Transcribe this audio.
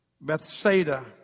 Bethsaida